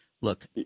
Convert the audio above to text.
look